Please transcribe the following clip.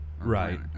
Right